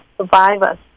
survivors